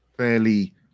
fairly